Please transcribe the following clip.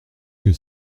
que